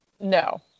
No